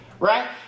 Right